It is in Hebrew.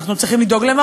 אנחנו צריכים לדאוג להם,